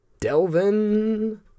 Delvin